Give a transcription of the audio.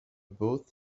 both